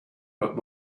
but